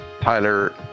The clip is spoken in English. Tyler